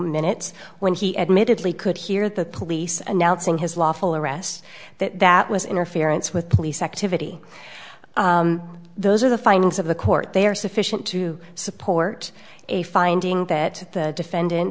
minutes when he admittedly could hear the police and now seeing his lawful arrest that that was interference with police activity those are the findings of the court they are sufficient to support a finding that the defendant